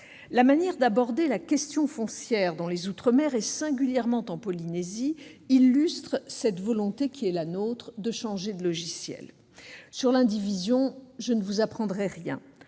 La manière d'aborder la question foncière dans les outre-mer, et singulièrement en Polynésie, illustre cette volonté qui est la nôtre de changer de logiciel. Sur l'indivision, je ne vous apprendrai rien